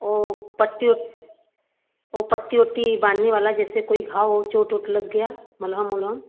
वह पट्टी व वह पट्टी वट्टी बाँधने वाला जैसे कोई घाव आव चोट वोट लग गया मलहम अलहम